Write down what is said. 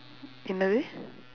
என்னது:ennathu